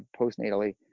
postnatally